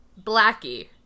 Blackie